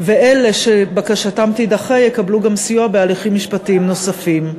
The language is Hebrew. ואלה שבקשתם תידחה יקבלו גם סיוע בהליכים משפטיים נוספים.